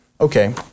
okay